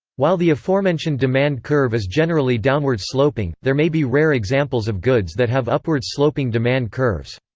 while the aforementioned demand curve is generally downward-sloping, there may be rare examples of goods that have upward-sloping demand curves.